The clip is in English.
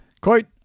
Quote